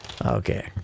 Okay